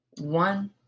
one